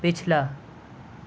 پچھلا